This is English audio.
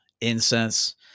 incense